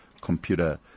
computer